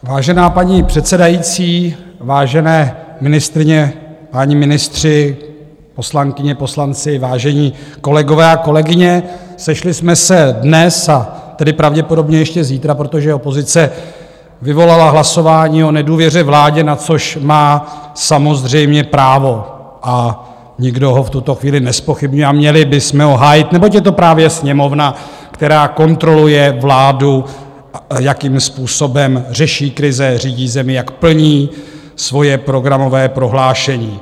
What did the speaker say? Vážená paní předsedající, vážené ministryně, páni ministři, poslankyně, poslanci, vážení kolegové a kolegyně, sešli jsme se dnes, a tedy pravděpodobně ještě zítra, proto, že opozice vyvolala hlasování o nedůvěře vládě, na což má samozřejmě právo a nikdo ho v tuto chvíli nezpochybňuje a měli bychom ho hájit, neboť je to právě Sněmovna, která kontroluje vládu, jakým způsobem řeší krize, řídí zemi, jak plní svoje programové prohlášení.